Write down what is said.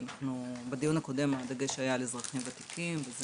בדיון הקודם הדגש היה על אזרחים ותיקים וזה